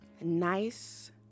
nice